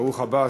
ברוך הבא,